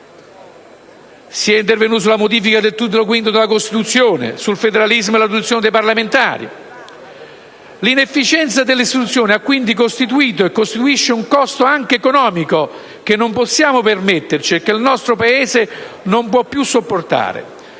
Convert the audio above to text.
si è intervenuti sulla modifica del Titolo V della Costituzione, sul federalismo e sulla riduzione del numero dei parlamentari. L'inefficienza delle istituzioni ha quindi costituito e costituisce un costo anche economico che non possiamo permetterci e che il nostro Paese non può più sopportare.